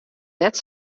net